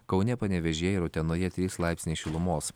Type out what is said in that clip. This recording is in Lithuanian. kaune panevėžyje ir utenoje trys laipsniai šilumos